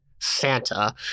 Santa